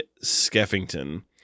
Skeffington